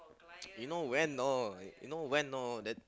you know when no you know when no that